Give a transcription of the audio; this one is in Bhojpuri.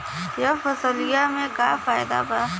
यह फसलिया में का फायदा बा?